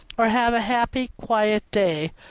or have a happy, quiet day.